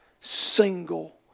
single